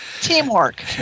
Teamwork